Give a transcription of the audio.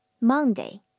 Monday